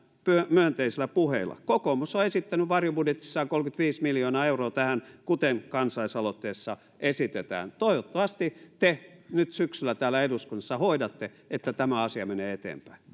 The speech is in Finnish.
myönteisillä puheilla kokoomus on esittänyt varjobudjetissaan kolmekymmentäviisi miljoonaa euroa tähän kuten kansalaisaloitteessa esitetään toivottavasti te nyt syksyllä täällä eduskunnassa hoidatte että tämä asia menee eteenpäin